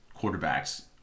quarterbacks